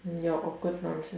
your awkward nonsense